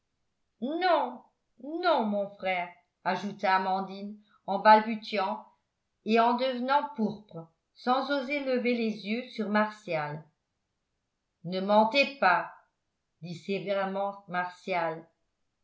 non non mon frère ajouta amandine en balbutiant et en devenant pourpre sans oser lever les yeux sur martial ne mentez pas dit sévèrement martial